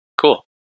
Cool